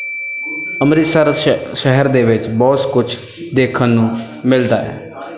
ਅੰਮ੍ਰਿਤਸਰ ਸ਼ਹਿ ਸ਼ਹਿਰ ਦੇ ਵਿੱਚ ਬਹੁਤ ਕੁਛ ਦੇਖਣ ਨੂੰ ਮਿਲਦਾ ਹੈ